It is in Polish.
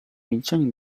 milczeniu